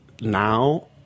now